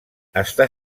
està